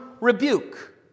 rebuke